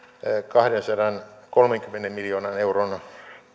kahdensadankolmenkymmenen miljoonan euron